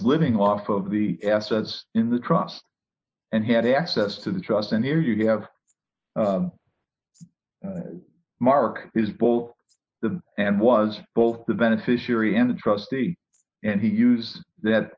living off of the assets in the trust and he had access to the trust and here you have mark is both the and was both the beneficiary and the trustee and he used that